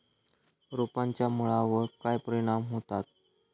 रोपांच्या मुळावर काय परिणाम होतत?